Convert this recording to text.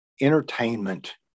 entertainment